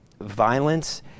violence